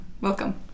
Welcome